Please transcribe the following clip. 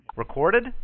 Recorded